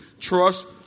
Trust